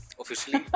officially